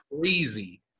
crazy